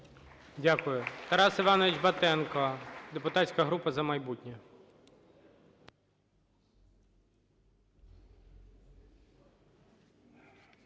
Дякую. Тарас Іванович Батенко, депутатська група "За майбутнє".